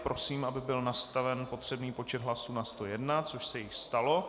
Prosím, aby byl nastaven potřebný počet hlasů na 101 což se již stalo.